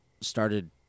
Started